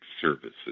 Services